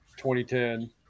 2010